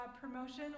promotion